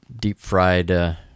deep-fried